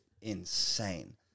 insane